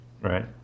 right